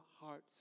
hearts